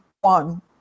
one